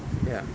yup